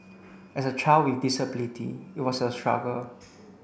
as a child with disability it was a struggle